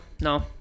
No